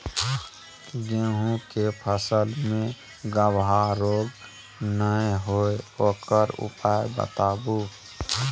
गेहूँ के फसल मे गबहा रोग नय होय ओकर उपाय बताबू?